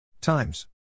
times